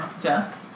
Jess